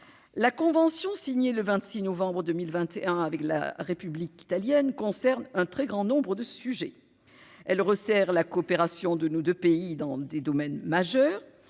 la convention signée le 26 novembre 2021 avec la République italienne concerne un très grand nombre de sujets, elles resserrent la coopération de nos 2 pays dans des domaines majeurs,